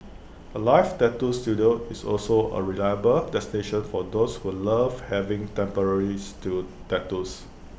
alive tattoo Studio is also A reliable destination for those who love having temporary still tattoos